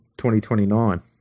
2029